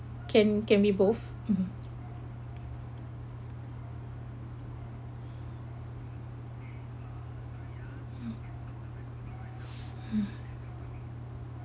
can can be both mm mm mm